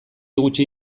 gutxi